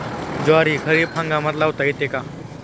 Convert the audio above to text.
ज्वारी खरीप हंगामात लावता येते का?